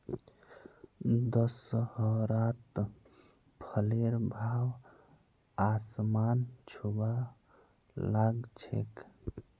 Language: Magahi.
दशहरात फलेर भाव आसमान छूबा ला ग छेक